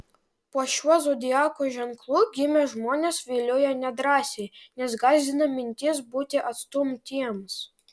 po šiuo zodiako ženklu gimę žmonės vilioja nedrąsiai nes gąsdina mintis būti atstumtiems